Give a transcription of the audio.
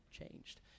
changed